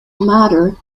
mater